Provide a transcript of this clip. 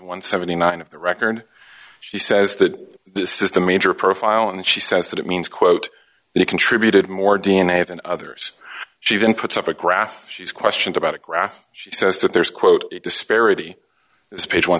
and seventy nine of the record she says that this is the major profile and she says that it means quote you contributed more d n a than others she then puts up a graph she's questioned about a graph she says that there's quote disparity this page one